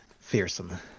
Fearsome